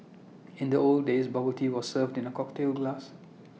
in the old days bubble tea was served in A cocktail glass